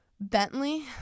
Bentley